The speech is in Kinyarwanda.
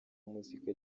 muzika